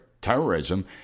terrorism